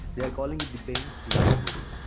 they're calling it the baen free library.